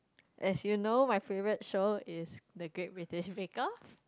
as you know my favourite show is The-Great-British-Bake-Off